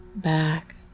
back